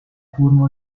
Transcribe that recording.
furono